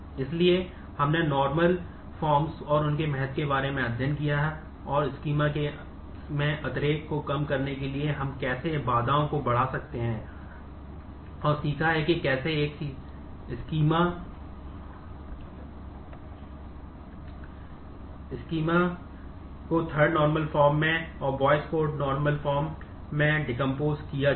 इसलिए हमने normal forms किया जाए